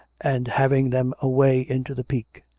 and having them away into the peak.